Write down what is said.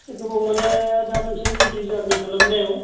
गोबाव माने दा नोंसोर जुदि जारनि खालामनायाव